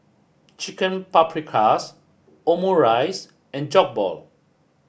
Chicken Paprikas Omurice and Jokbal